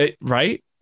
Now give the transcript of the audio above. Right